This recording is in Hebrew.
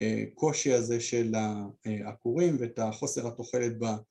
הקושי הזה של העקורים ואת החוסר התוחלת ב...